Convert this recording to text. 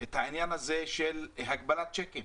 את העניין הזה של הגבלת שיקים.